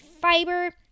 fiber